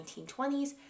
1920s